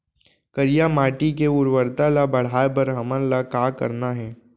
करिया माटी के उर्वरता ला बढ़ाए बर हमन ला का करना हे?